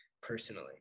personally